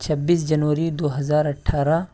چھبیس جنوری دو ہزار اٹھارہ